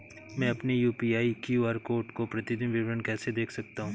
मैं अपनी UPI QR code का प्रतीदीन विवरण कैसे देख सकता हूँ?